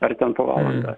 ar ten po valandą